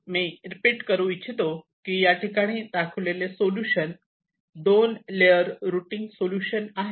मी repeat करू इच्छितो की या ठिकाणी दाखविलेले सोल्युशन 2 लेअर रुटींग सोल्युशन आहे